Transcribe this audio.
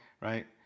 right